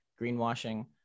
greenwashing